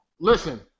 Listen